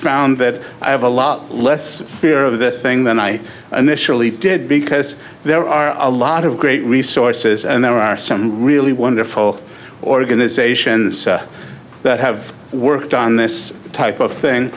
found that i have a lot less fear of this thing than i initially did because there are a lot of great resources and there are some really wonderful organizations that have worked on this type of thing